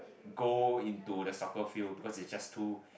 goal into the soccer field because it's just too